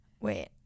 Wait